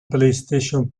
playstation